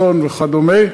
צאן וכדומה.